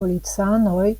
policanoj